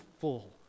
full